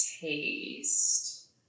taste